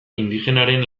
indigenaren